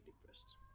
depressed